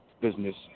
business